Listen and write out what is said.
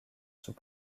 sous